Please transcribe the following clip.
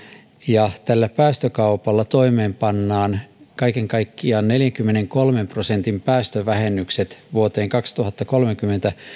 ja kun tällä päästökaupalla toimeenpannaan kaiken kaikkiaan neljänkymmenenkolmen prosentin päästövähennykset vuoteen kaksituhattakolmekymmentä